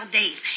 days